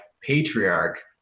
patriarch